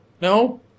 no